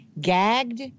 gagged